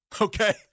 okay